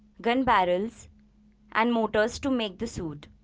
gun barrels and motors to make the suit.